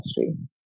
industry